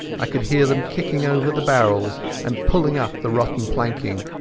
i could hear them kicking over the barrels and pulling up the rotten planking.